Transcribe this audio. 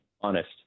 honest